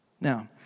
Now